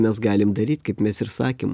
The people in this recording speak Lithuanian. mes galim daryt kaip mes ir sakėm